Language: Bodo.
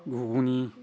घुगुनि